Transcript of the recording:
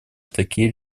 такие